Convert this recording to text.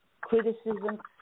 criticism